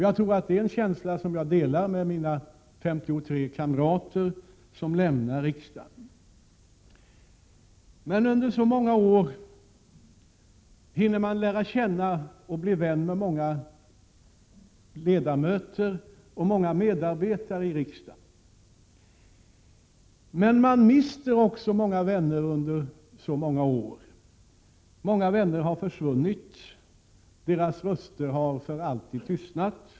Jag tror att det är en känsla som jag delar med mina 53 kamrater som lämnar riksdagen. Under så många år hinner man lära känna och bli vän med många ledamöter och många medarbetare i riksdagen. Men man mister också många vänner under så många år. Många vänner har försvunnit. Deras röster har för alltid tystnat.